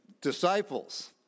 disciples